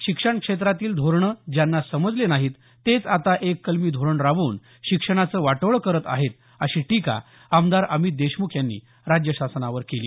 शिक्षण क्षेत्रातील धोरणे ज्यांना समजले नाही तेच आता एक कलमी धोरण राबवून शिक्षणाचं वाटोळे करत आहेत अशी टिका आमदार अमित देशमुख यांनी राज्य शासनावर केली